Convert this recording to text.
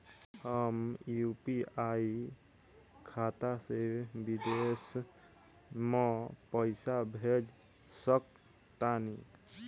हम यू.पी.आई खाता से विदेश म पइसा भेज सक तानि?